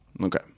Okay